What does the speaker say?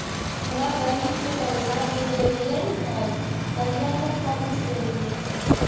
हमरा बहिन के पैसा भेजेलियै है कहिया तक पहुँच जैतै?